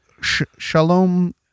Shalom